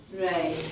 Right